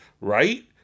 right